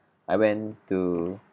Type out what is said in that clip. I went to